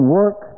work